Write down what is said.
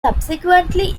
subsequently